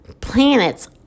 planets